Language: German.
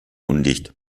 undicht